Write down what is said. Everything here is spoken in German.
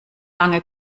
lange